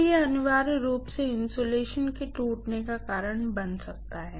तो यह अनिवार्य रूप से इन्सुलेशन के टूटने का कारण बनने वाला है